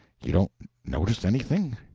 you don't notice anything?